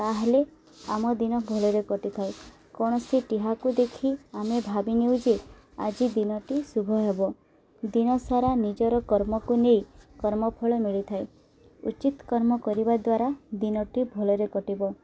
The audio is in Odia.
ତା'ହେଲେ ଆମ ଦିନ ଭଲରେ କଟିଥାଏ କୌଣସି ଟିହାକୁ ଦେଖି ଆମେ ଭାବିିନେଉ ଯେ ଆଜି ଦିନଟି ଶୁଭ ହେବ ଦିନ ସାରା ନିଜର କର୍ମକୁ ନେଇ କର୍ମଫଳ ମିଳିଥାଏ ଉଚିତ୍ କର୍ମ କରିବା ଦ୍ୱାରା ଦିନଟି ଭଲରେ କଟିବ